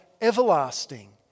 everlasting